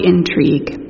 Intrigue